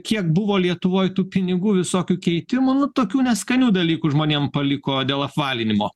kiek buvo lietuvoj tų pinigų visokių keitimų nu tokių neskanių dalykų žmonėm paliko dėl apvalinimo